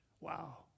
Wow